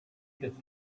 could